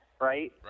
right